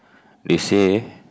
they say